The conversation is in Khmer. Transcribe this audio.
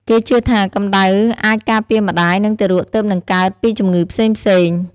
គេជឿថា កំដៅអាចការពារម្ដាយ និងទារកទើបនឹងកើតពីជំងឺផ្សេងៗ។